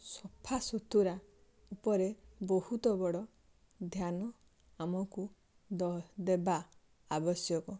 ସଫାସୁତୁରା ଉପରେ ବହୁତ ବଡ଼ ଧ୍ୟାନ ଆମକୁ ଦେବା ଆବଶ୍ୟକ